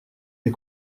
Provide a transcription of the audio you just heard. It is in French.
des